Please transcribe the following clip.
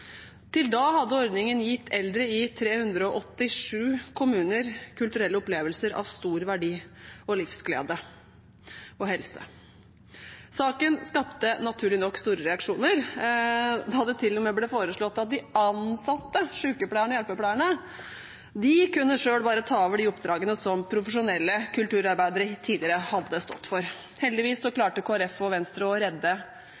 Til da hadde ordningen gitt eldre i 387 kommuner kulturelle opplevelser av stor verdi, livsglede og helse. Saken skapte, naturlig nok, store reaksjoner da det til og med ble foreslått at de ansatte, sykepleierne og hjelpepleierne, selv bare kunne ta over de oppdragene som profesjonelle kulturarbeidere tidligere hadde stått for. Heldigvis